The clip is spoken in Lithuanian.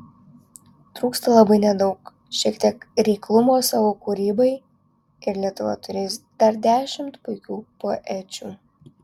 trūksta labai nedaug šiek tiek reiklumo savo kūrybai ir lietuva turės dar dešimt puikių poečių